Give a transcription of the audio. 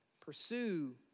Pursue